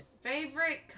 Favorite